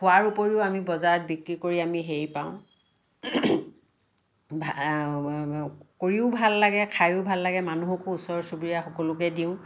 খোৱাৰ উপৰিও আমি বজাৰত বিক্ৰী কৰি আমি হেৰি পাওঁ কৰিও ভাল লাগে খায়ো ভাল লাগে মানুহকো ওচৰ চুবুৰীয়া সকলোকে দিওঁ